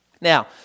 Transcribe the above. Now